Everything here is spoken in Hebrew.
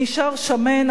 נשאר שמן,